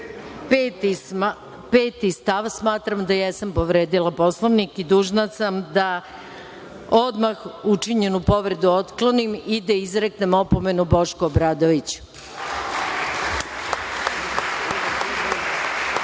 103. stav 5. smatram da jesam povredila Poslovnik i dužna sam da odmah učinjenu povredu otklonim i da izreknem opomenu Bošku Obradoviću. Povreda